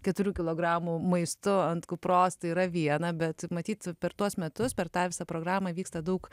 keturių kiligromų maistu ant kupros tai yra viena bet matyt per tuos metus per tą visą programą vyksta daug